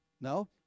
No